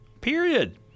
period